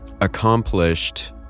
accomplished